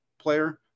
player